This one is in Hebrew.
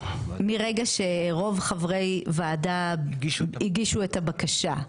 מרגע שרוב חברי הועדה הגישו את הבקשה.